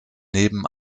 neben